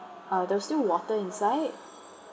uh there were still water inside